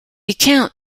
account